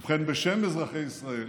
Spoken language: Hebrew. ובכן, בשם אזרחי ישראל